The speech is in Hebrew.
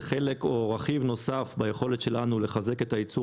זה רכיב נוסף ביכולת שלנו לחזק את הייצור